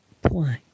Point